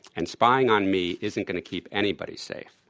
and spying on me isn't going to keep anybody safe.